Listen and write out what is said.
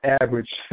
average